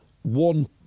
One